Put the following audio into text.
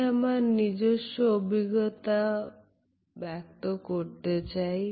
আমি আমার নিজস্ব অভিজ্ঞতা ব্যক্ত করতে চাই